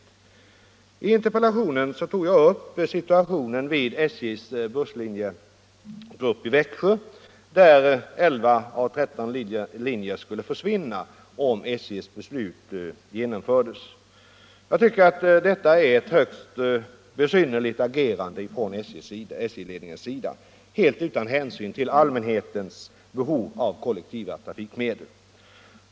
I interpellationen tog jag upp situationen vid SJ:s busslinjegrupp i Växjö, där 11 av 13 linjer skulle försvinna, om SJ:s beslut genomfördes. Jag tycker att detta är ett högst besynnerligt agerande från SJ-ledningens sida — helt utan hänsyn till allmänhetens behov av kollektiva trafik medel.